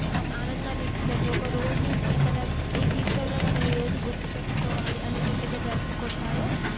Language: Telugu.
ఆన్ ఆనందాన్ని ఇచ్చేటట్టు ఒకరోజు ఈ మన జీవితంలో మనము ఈరోజు గుర్తుపెట్టుకోవాలి అనేటట్టుగా జరుపుకుంటారు